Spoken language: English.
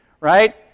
Right